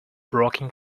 broken